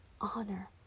honor